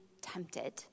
tempted